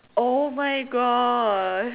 !oh-my-God!